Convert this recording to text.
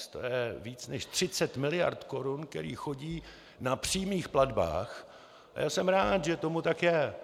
To je víc než 30 mld. korun, které chodí na přímých platbách, a já jsem rád, že tomu tak je.